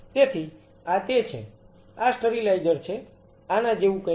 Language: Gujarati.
તેથી આ તે છે આ સ્ટરીલાઈઝર છે આના જેવું કંઈક છે